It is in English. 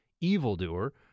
evildoer